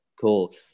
cool